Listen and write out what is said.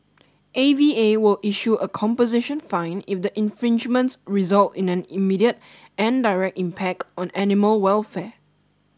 A V A will issue a composition fine if the infringements result in an immediate and direct impact on animal welfare